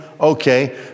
okay